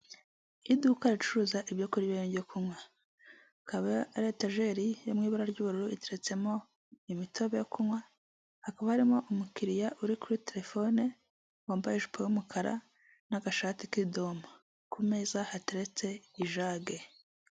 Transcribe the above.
Uyu ni umuhanda wo mu bwoko bwa kaburimbo ugizwe n'amabara y'umukara nu'uturongo tw'umweru, kuruhande hari ibiti birebire by'icyatsi bitoshye, bitanga umuyaga n'amahumbezi ku banyura aho ngaho bose.